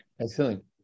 Excellent